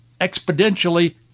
exponentially